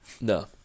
No